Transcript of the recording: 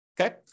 Okay